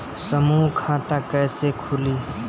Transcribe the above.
समूह खाता कैसे खुली?